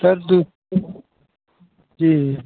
sir ji जी